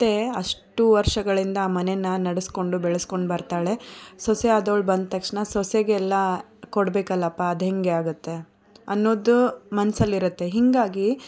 ಅತ್ತೆ ಅಷ್ಟು ವರ್ಷಗಳಿಂದ ಆ ಮನೇನ ನಡೆಸ್ಕೊಂಡು ಬೆಳೆಸ್ಕೊಂಡು ಬರ್ತಾಳೆ ಸೊಸೆ ಅದೋಳು ಬಂದ ತಕ್ಷಣ ಸೊಸೆಗೆ ಎಲ್ಲ ಕೊಡಬೇಕಲ್ಲಪ್ಪ ಅದು ಹೆಂಗೆ ಆಗುತ್ತೆ ಅನ್ನೋದು ಮನ್ಸಲ್ಲಿ ಇರುತ್ತೆ ಹೀಗಾಗಿ